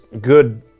good